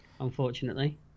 Unfortunately